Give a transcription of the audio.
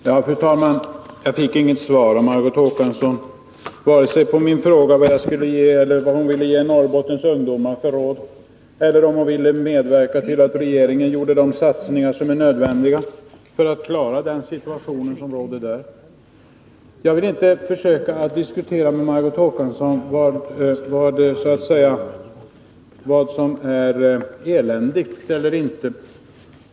Fru talman! Jag fick inget svar av Margot Håkansson, vare sig på min fråga om vad hon ville ge för råd till Norrbottens ungdomar eller på frågan om hon ville medverka till att regeringen gör de satsningar som är nödvändiga för att klara den situation som råder där. Jag vill inte försöka att diskutera med Margot Håkansson vad som är eländigt eller inte.